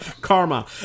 Karma